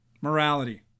Morality